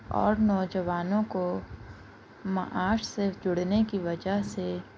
اور نوجوانوں کو معاش سے جڑنے کی وجہ سے